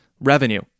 revenue